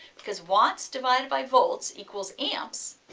because watts divided by volts equals amps,